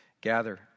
gather